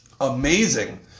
amazing